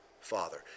father